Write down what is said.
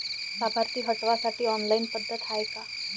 लाभार्थी हटवासाठी ऑनलाईन पद्धत हाय का?